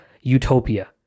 utopia